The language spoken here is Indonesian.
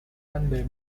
pandai